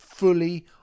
Fully